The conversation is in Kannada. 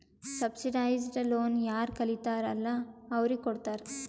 ಸಬ್ಸಿಡೈಸ್ಡ್ ಲೋನ್ ಯಾರ್ ಕಲಿತಾರ್ ಅಲ್ಲಾ ಅವ್ರಿಗ ಕೊಡ್ತಾರ್